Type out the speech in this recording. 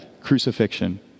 crucifixion